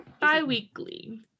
Bi-weekly